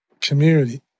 community